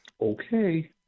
Okay